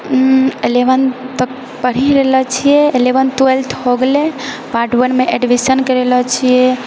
eleven तक पढ़ी रहलए छियै एलेवेन ट्वेल्थ हो गेले पार्ट वनमे एडमिशन करैलए छियै